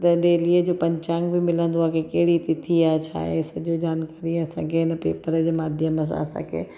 त डेलीअ जो पंचांग बि मिलंदो आहे की कहिड़ी तिथी आहे छा आहे सॼो जानकारी असांखे हिन पेपर ॼे माध्यम सां असांखे